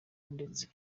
ndetse